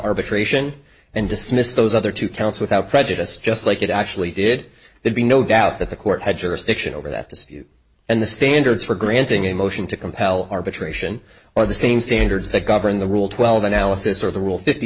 arbitration and dismissed those other two counts without prejudice just like it actually did they'd be no doubt that the court had jurisdiction over that and the standards for granting a motion to compel arbitration or the same standards that govern the rule twelve analysis or the rule fifty